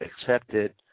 accepted